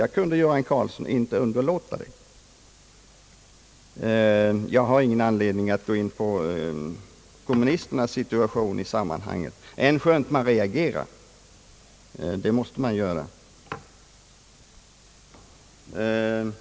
Jag kunde inte underlåta det. Jag har ingen anledning att gå in på kommunisternas situation i sammanhanget, änskönt man reagerar, det måste man göra.